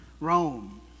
Rome